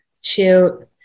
Shoot